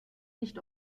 nicht